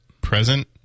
present